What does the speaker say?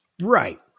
Right